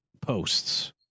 posts